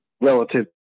relative